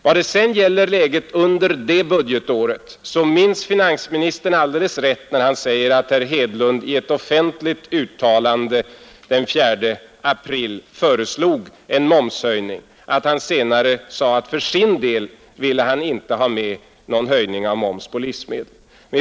Vad sedan gäller läget under det budgetåret, så minns finansministern alldeles rätt när han säger att herr Hedlund i ett offentligt uttalande den 4 april föreslog en momshöjning och att han senare sade att han för sin del inte ville ha med någon höjning av momsen på livsmedel.